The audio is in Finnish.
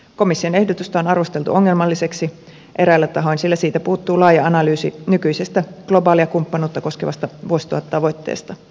komission ehdotusta on arvosteltu ongelmalliseksi eräällä tahoin sillä siitä puuttuu laaja analyysi nykyisestä globaalia kumppanuutta koskevasta vuosituhattavoitteesta